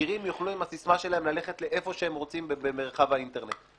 בגירים יוכלו עם הסיסמה שלהם ללכת לאן שהם רוצים במרחב האינטרנט.